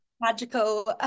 magical